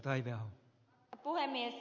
arvoisa puhemies